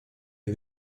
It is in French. est